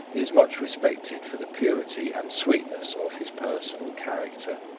is much respected for the purity and sweetness of his personal character.